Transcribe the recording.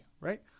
right